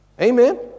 Amen